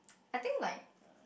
I think like